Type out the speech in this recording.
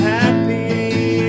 happy